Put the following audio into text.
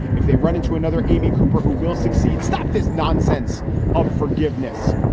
if they run into another amy cooper, who will succeed, stop this nonsense of forgiveness.